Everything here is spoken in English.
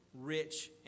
rich